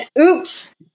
Oops